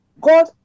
God